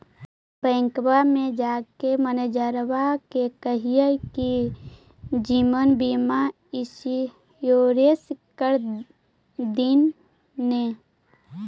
बैंकवा मे जाके मैनेजरवा के कहलिऐ कि जिवनबिमा इंश्योरेंस कर दिन ने?